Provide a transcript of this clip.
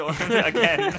again